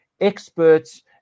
experts